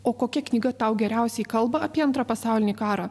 o kokia knyga tau geriausiai kalba apie antrą pasaulinį karą